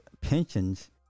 pensions